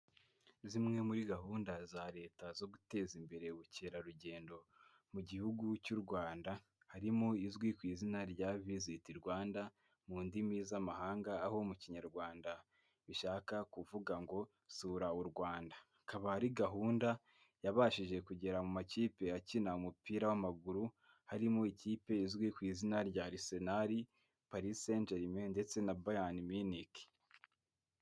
Zimwe muri gahunda za Leta zo guteza imbere ubukerarugendo mu gihugu cy'u Rwanda, harimo izwi ku izina rya visit Rwanda mu ndimi z'amahanga, aho mu kinyarwanda bishaka kuvuga ngo sura u Rwanda, akaba ari gahunda yabashije kugera mu makipe akina umupira w'amaguru, harimo ikipe izwi ku izina rya Arsenal, Paris Saint Germain ndetse na Bayern Munich.